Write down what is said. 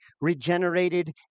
regenerated